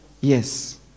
Yes